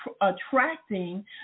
attracting